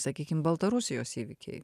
sakykim baltarusijos įvykiai